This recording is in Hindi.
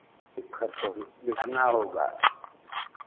खतौनी लाना होगा